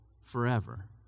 forever